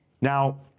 Now